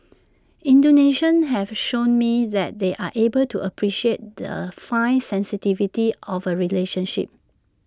Indonesians have shown me that they are able to appreciate the fine sensitivities of A relationship